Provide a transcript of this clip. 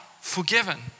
forgiven